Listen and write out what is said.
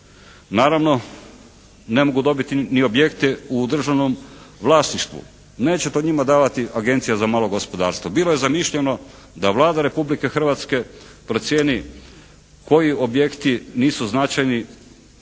Naravno ne mogu dobiti ni objekte u državnom vlasništvu. Neće to njima davati Agencija za malo gospodarstvo. Bilo je zamišljeno da Vlada Republike Hrvatske procijeni koji objekti nisu značajni